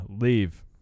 leave